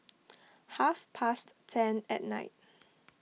half past ten at night